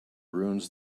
ruins